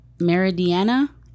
Meridiana